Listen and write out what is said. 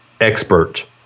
expert